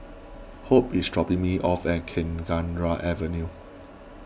hope is dropping me off at Kenanga Avenue